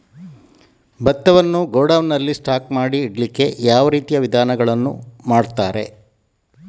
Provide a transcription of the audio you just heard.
ಭತ್ತವನ್ನು ಗೋಡೌನ್ ನಲ್ಲಿ ಸ್ಟಾಕ್ ಮಾಡಿ ಇಡ್ಲಿಕ್ಕೆ ಯಾವ ರೀತಿಯ ವಿಧಾನಗಳನ್ನು ಮಾಡ್ತಾರೆ?